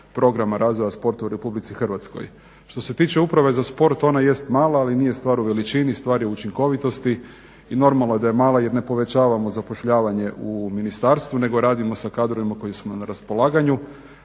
programa razvoja sporta u RH. Što se tiče Uprave za sport ona jest mala ali nije stvar u veličini, stvar je u učinkovitosti i normalno je da je mala jer ne povećavamo zapošljavanje u ministarstvu nego radimo sa kadrovima koji su nam na raspolaganju.